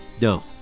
No